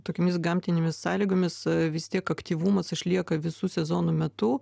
tokiomis gamtinėmis sąlygomis vis tiek aktyvumas išlieka visų sezonų metu